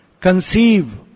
Conceive